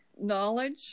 knowledge